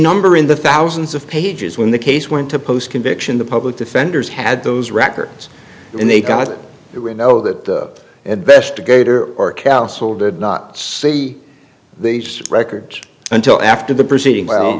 number in the thousands of pages when the case went to post conviction the public defenders had those records and they got there were no that investigator or counsel did not see these records until after the proceeding